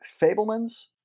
Fablemans